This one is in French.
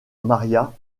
maría